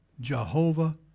Jehovah